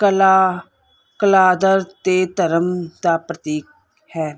ਕਲਾ ਕਲਾਦਰ ਅਤੇ ਧਰਮ ਦਾ ਪ੍ਰਤੀਕ ਹੈ